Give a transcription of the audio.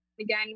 again